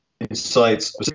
insights